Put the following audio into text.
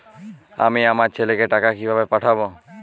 আমি আমার ছেলেকে টাকা কিভাবে পাঠাব?